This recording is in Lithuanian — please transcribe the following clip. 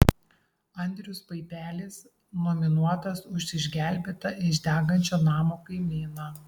andrius paipelis nominuotas už išgelbėtą iš degančio namo kaimyną